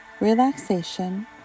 relaxation